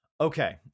Okay